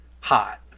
hot